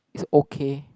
it's okay